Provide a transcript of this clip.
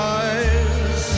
eyes